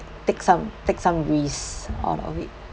take some take some grease out of it